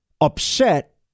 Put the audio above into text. upset